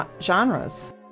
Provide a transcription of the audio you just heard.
genres